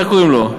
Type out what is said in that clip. איך קוראים לו?